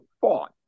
fought